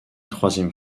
troisième